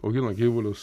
augina gyvulius